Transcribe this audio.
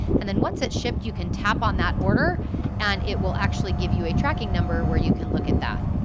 and then once it's shipped you can tap on that order and it will actually give you a tracking number where you can look at that.